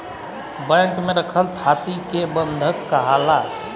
bank में रखल थाती के बंधक काहाला